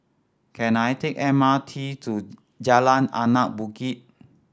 can I take M R T to Jalan Anak Bukit